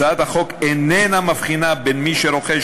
הצעת החוק איננה מבחינה בין מי שרוכש